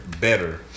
Better